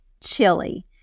chili